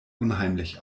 unheimlich